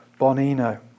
Bonino